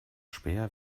späher